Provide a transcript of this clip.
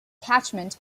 catchment